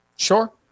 sure